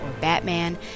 Batman